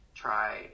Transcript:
try